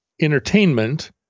entertainment